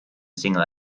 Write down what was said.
single